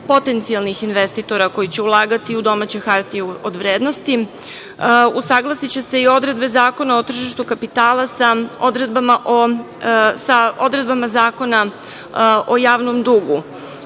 potencijalnih investitora koji će ulagati u domaće hartije od vrednosti. Usaglasiće se i odredbe Zakona o tržištu kapitala sa odredbama Zakona o javnom dugu. Kada